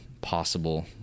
possible